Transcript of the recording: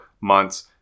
months